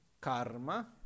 Karma